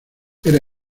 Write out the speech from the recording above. era